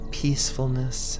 peacefulness